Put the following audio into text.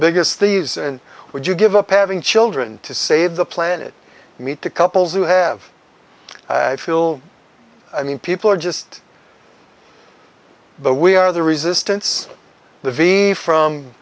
biggest these and would you give up having children to save the planet meet the couples who have i feel i mean people are just the we are the resistance the v